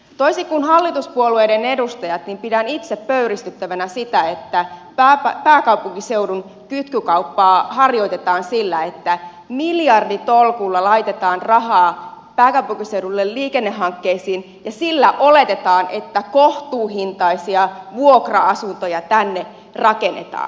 toisin kuin hallituspuolueiden edustajat pidän itse pöyristyttävänä sitä että pääkaupunkiseudun kytkykauppaa harjoitetaan sillä että miljarditolkulla laitetaan rahaa pääkaupunkiseudulle liikennehankkeisiin ja sillä oletetaan että kohtuuhintaisia vuokra asuntoja tänne rakennetaan